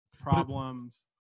problems